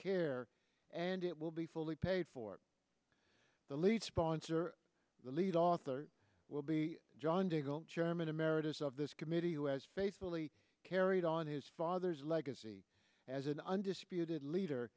care and it will be fully paid for the lead sponsor the lead author will be john dingell chairman emeritus of this committee who has faithfully carried on his father's legacy as an undisputed leader